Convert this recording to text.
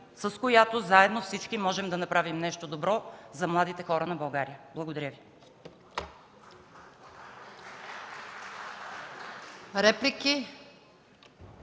с която всички заедно можем да направим нещо добро за младите хора на България. Благодаря.